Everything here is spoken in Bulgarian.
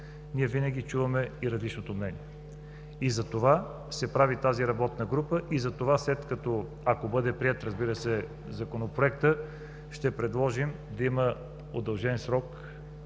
ние винаги чуваме и различното мнение. И затова се прави тази работна група. И затова, след като, ако бъде приет, разбира се, Законопроектът, ще предложим да има удължен срок